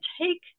take